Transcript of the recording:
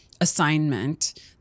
assignment